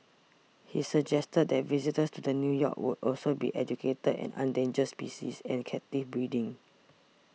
he suggested that visitors to the new park could also be educated on endangered species and captive breeding